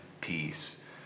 peace